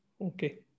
Okay